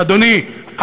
אדוני,